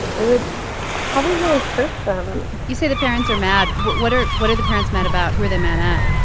it would probably really hurt them you say the parents are mad. what are what are the parents mad about? who are they mad at?